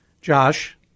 Josh